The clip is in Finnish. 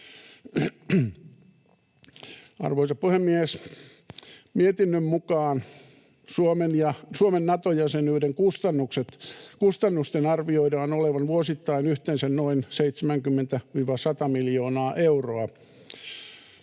Arvoisa puhemies! Mietinnön mukaan Suomen Nato-jäsenyyden kustannusten arvioidaan olevan vuosittain yhteensä noin 70—100 miljoonaa euroa.